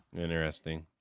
Interesting